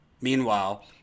Meanwhile